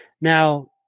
Now